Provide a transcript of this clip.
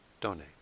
donate